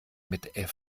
mit